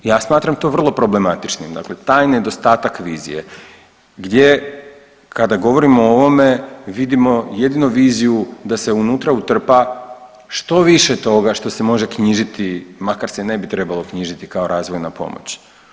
Ja smatram to vrlo problematičnim dakle taj nedostatak vizije gdje kada govorimo o ovome vidimo jedino viziju da se unutra utrpa što više toga što se može knjižiti makar se ne bi trebalo knjižiti kao razvojna pomoć.